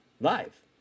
live